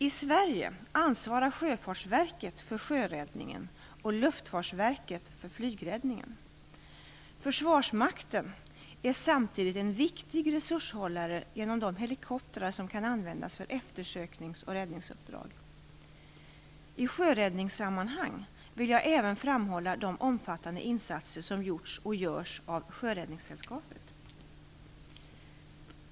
I Sverige ansvarar Sjöfartsverket för sjöräddningen och Luftfartsverket för flygräddningen. Försvarsmakten är samtidigt en viktig resurshållare genom de helikoptrar som kan användas för eftersöknings och räddningsuppdrag. I sjöräddningssammanhang vill jag även framhålla de omfattande insatser som gjorts och görs av Sjöräddningssällskapet.